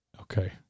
Okay